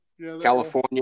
California